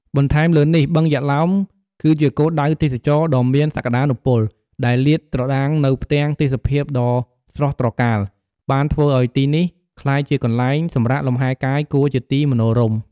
បន្ថែមលើនេះបឹងយក្សឡោម គឺជាគោលដៅទេសចរណ៍ដ៏មានសក្ដានុពល ដែលលាតត្រដាងនូវផ្ទាំងទេសភាពដ៏ស្រស់ត្រកាល បានធ្វើឲ្យទីនេះ ក្លាយជាកន្លែងសម្រាកលំហែកាយគួរជាទីមនោរម្យ។